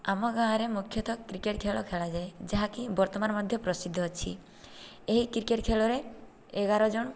ଆମ ଗାଁରେ ମୁଖ୍ୟତଃ କ୍ରିକେଟ୍ ଖେଳ ଖେଳାଯାଏ ଯାହାକି ବର୍ତ୍ତମାନ ମଧ୍ୟ ପ୍ରସିଦ୍ଧ ଅଛି ଏହି କ୍ରିକେଟ୍ ଖେଳରେ ଏଗାରଜଣ